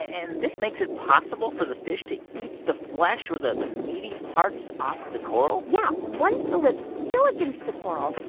and this makes it possible for the fish to eat the flesh or the meaty parts off of the coral? yeah. once the lips seal against the coral,